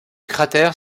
cratère